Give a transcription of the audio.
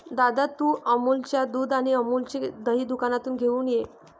दादा, तू अमूलच्या दुध आणि अमूलचे दही दुकानातून घेऊन ये